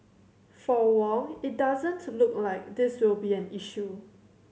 for Wong it doesn't to look like this will be an issue